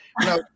now